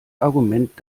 argument